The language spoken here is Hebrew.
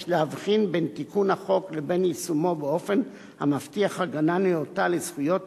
יש להבחין בין תיקון החוק לבין יישומו באופן המבטיח הגנה נאותה לזכויות.